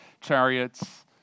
chariots